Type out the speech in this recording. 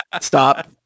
Stop